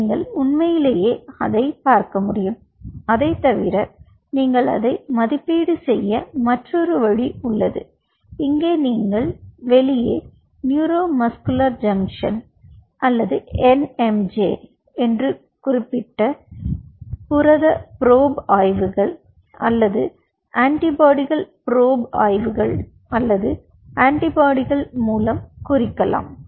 நீங்கள் உண்மையிலேயே அதைப் பார்க்க முடியும் அதைத் தவிர நீங்கள் அதை மதிப்பீடு செய்ய மற்றொரு வழி உள்ளது இங்கே நீங்கள் வெளியே NMJ அல்லது நியூரோ மஸ்குலர் ஜங்ஷனை குறிப்பிட்ட புரத ப்ரொப் ஆய்வுகள் அல்லது ஆன்டிபாடிகள் ப்ரொப் ஆய்வுகள் அல்லது ஆன்டிபாடிகள் மூலம் குறிக்கலாம்